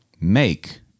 make